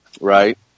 right